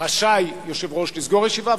רשאי יושב-ראש לסגור ישיבה,